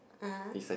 ah